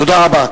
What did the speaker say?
תודה רבה.